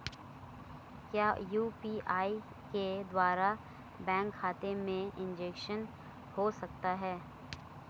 क्या यू.पी.आई के द्वारा बैंक खाते में ट्रैन्ज़ैक्शन हो सकता है?